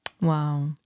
Wow